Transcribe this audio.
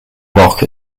rock